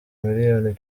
milliyoni